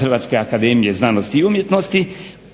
Hrvatske akademije znanosti i umjetnosti